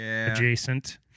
adjacent